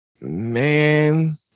Man